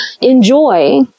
enjoy